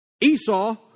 Esau